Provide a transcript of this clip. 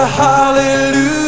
hallelujah